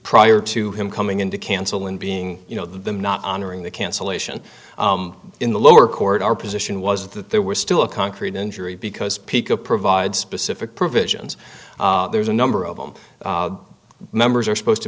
prior to him coming in to cancel and being you know them not honoring the cancellation in the lower court our position was that there were still a concrete injury because pico provide specific provisions there's a number of them members are supposed to